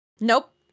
Nope